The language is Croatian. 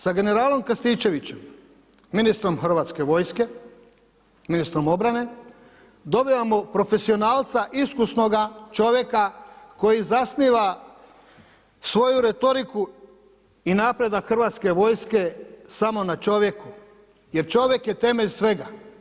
Sa generalom Krstičevićem, ministrom Hrvatske vojske, ministrom obrane dobivamo profesionalca iskusnoga čovjeka koji zasniva svoju retoriku i napredak Hrvatske vojske samo na čovjeku, jer čovjek je temelj svega.